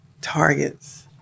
targets